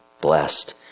blessed